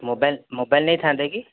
mobile mobile ନେଇଥାଆନ୍ତେ କି